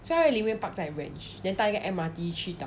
so 她会宁愿 park 在 range then 搭一个 M_R_T 去 town